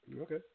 Okay